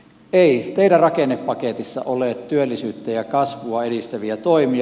ei teidän rakennepaketissanne ole työllisyyttä ja kasvua edistäviä toimia